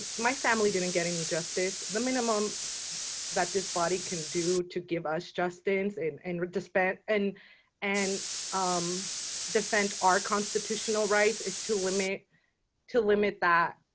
my family didn't get any justice, the minimum that this body can do to give us justin's in and despair and and i'm defend our constitutional rights is to limit to limit that